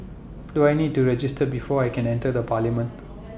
do I need to register before I can enter the parliament